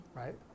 right